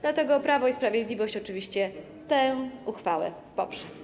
Dlatego Prawo i Sprawiedliwość oczywiście tę uchwałę poprze.